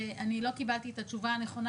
לא קיבלתי את התשובה הנכונה,